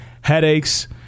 headaches